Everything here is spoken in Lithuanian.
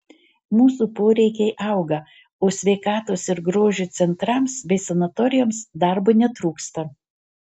mūsų poreikiai auga o sveikatos ir grožio centrams bei sanatorijoms darbo netrūksta